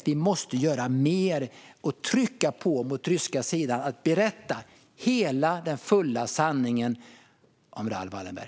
Vi måste göra mer och trycka på för att få den ryska sidan att berätta hela den fulla sanningen om Raoul Wallenberg.